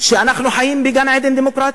שאנחנו חיים בגן-עדן דמוקרטי,